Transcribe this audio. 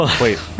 Wait